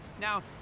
now